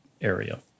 area